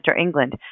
England